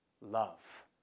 Love